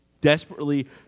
desperately